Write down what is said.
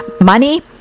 money